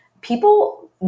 people